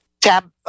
tab